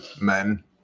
men